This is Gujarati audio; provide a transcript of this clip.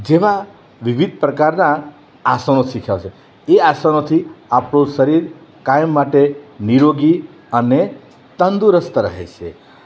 જેવા વિવિધ પ્રકારના આસનો શીખવ્યા છે એ આસનોથી આપણું શરીર કાયમ માટે નિરોગી અને તંદુરસ્ત રહે છે